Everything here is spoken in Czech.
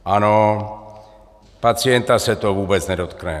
Ano, pacienta se to vůbec nedotkne.